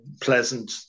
pleasant